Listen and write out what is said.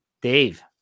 Dave